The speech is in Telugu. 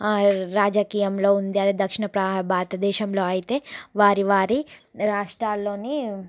రాజకీయంలో ఉంది దక్షిణ భారతదేశంలో అయితే వారి వారి రాష్ట్రాల్లోని